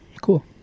cool